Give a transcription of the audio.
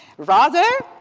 rather,